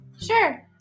Sure